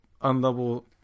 unlevel